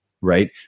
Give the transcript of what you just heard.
right